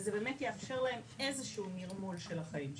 וזה באמת יאפשר להן איזשהו נרמול של החיים שלהן.